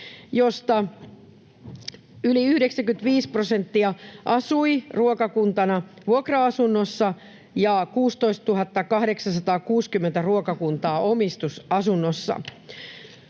joista yli 95 prosenttia asui ruokakuntana vuokra-asunnossa ja 16 860 ruokakuntaa omistusasunnossa.